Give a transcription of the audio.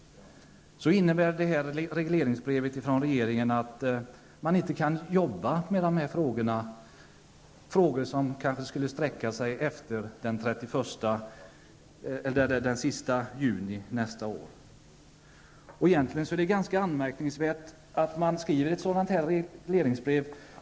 Därför innebär det här regleringsbrevet att turistrådet inte kan arbeta med frågor där det krävs insatser även efter den 30 juni nästa år. Det är ganska anmärkningsvärt att regeringen har skrivit ett sådant här regleringsbrev.